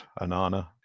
Anana